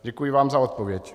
Děkuji vám za odpověď.